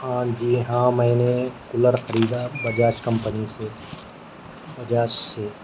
ہاں جی ہاں میں نے کولر خریدا بجاج کمپنی سے بجاج سے